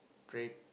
bread